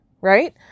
right